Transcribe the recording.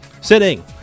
sitting